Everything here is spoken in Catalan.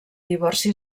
divorci